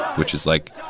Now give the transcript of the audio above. which is, like,